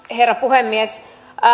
herra puhemies